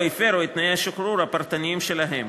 הפרו את תנאי השחרור הפרטניים שלהם,